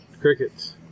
Crickets